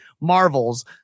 Marvels